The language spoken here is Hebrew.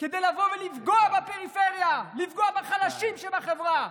כדי לבוא ולפגוע בפריפריה, לפגוע בחלשים שבחברה.